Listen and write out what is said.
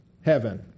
heaven